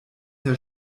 der